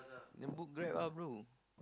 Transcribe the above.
then book Grab lah bro